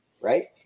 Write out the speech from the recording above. right